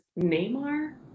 Neymar